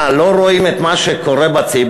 מה, לא רואים את מה שקורה בציבור?